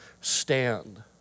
stand